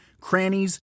crannies